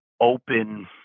open